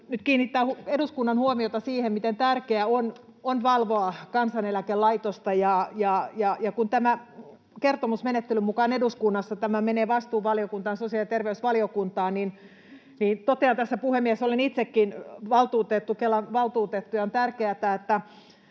nyt kiinnittää eduskunnan huomiota siihen, miten tärkeää on valvoa Kansaneläkelaitosta. Ja kun tämä kertomus menettelyn mukaan eduskunnassa menee vastuuvaliokuntaan, sosiaali- ja terveysvaliokuntaan, niin totean tässä, puhemies, — olen itsekin Kelan valtuutettu — että pitäisin tärkeänä, että